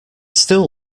still